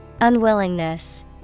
Unwillingness